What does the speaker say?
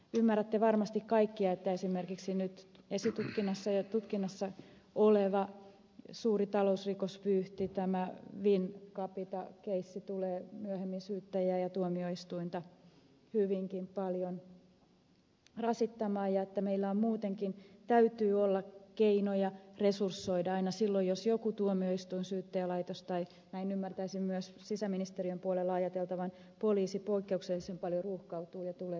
ymmärrätte varmasti kaikki että esimerkiksi esitutkinnassa ja tutkinnassa oleva suuri talousrikosvyyhti tämä wincapita keissi tulee myöhemmin syyttäjää ja tuomioistuinta hyvinkin paljon rasittamaan ja meillä muutenkin täytyy olla keinoja resursoida aina silloin jos joku tuomioistuin syyttäjälaitos tai näin ymmärtäisin myös sisäministeriön puolella ajateltavan poliisi poikkeuksellisen paljon ruuhkautuu ja tulee töitä